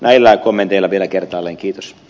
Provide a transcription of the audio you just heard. näillä kommenteilla vielä kertaalleen kiitos